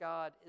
God